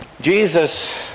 Jesus